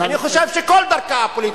אני חושב שכל דרכה הפוליטית היא לא,